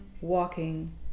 walking